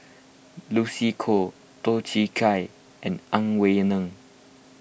Lucy Koh Toh Chin Chye and Ang Wei Neng